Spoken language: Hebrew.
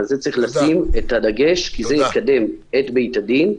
על זה צריך לשים את הדגש וזה יקדם את בית-הדין.